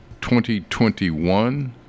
2021